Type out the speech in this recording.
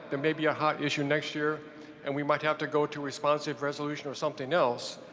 there may be a hot issue next year and we might have to go to responsive resolution or something else.